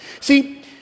See